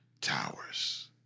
towers